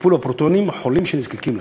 טיפול בפרוטונים לחולים שנזקקים לכך.